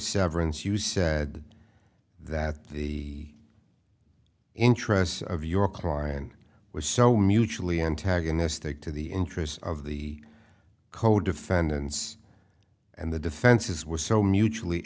severance you said that the interests of your client was so mutually antagonistic to the interests of the co defendants and the defenses were so mutually